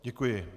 Děkuji.